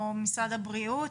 או משרד הבריאות,